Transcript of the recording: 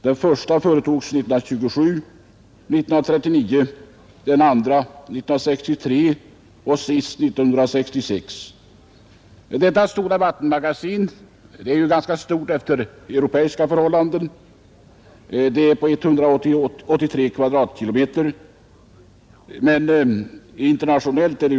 Den första företogs 1927 och de övriga 1939, 1963 och 1966. Detta vattenmagasin är ganska stort efter europeiska förhållanden — det omfattar 183 km? men ganska litet globalt sett.